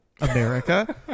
America